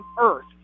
earth